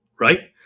right